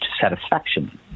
satisfaction